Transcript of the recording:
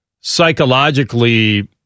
psychologically